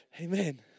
Amen